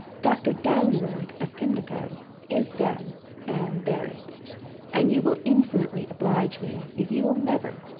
doctor downward of pimlico is dead and buried and you will infinitely oblige me if you will never,